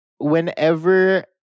Whenever